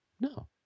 No